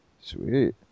sweet